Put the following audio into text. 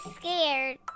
scared